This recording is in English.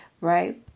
right